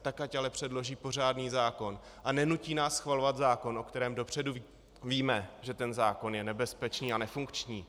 Tak ať ale předloží pořádný zákon a nenutí nás schvalovat zákon, o kterém dopředu víme, že ten zákon je nebezpečný a nefunkční.